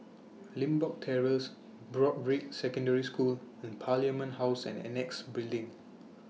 Limbok Terrace Broadrick Secondary School and Parliament House and Annexe Building